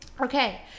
Okay